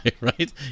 right